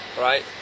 Right